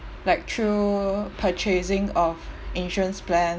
like through purchasing of insurance plan